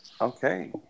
Okay